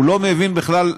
הוא לא מבין בכלל,